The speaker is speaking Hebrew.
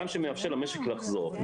גם שמאפשר למשק לחזור.